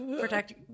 Protect